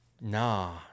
nah